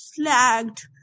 slagged